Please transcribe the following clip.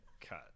cut